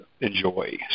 enjoy